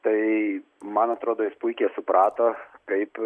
tai man atrodo jis puikiai suprato kaip